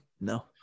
no